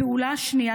הפעולה השנייה,